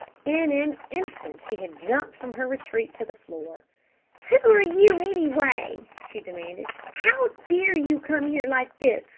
in an instant she had jumped from her retreat to the floor. who are you, anyway? she demanded. how dare you come here like this?